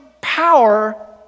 power